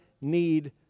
need